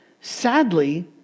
Sadly